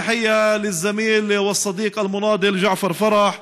ברכות לחבר הלוחם ג'עפר פרח,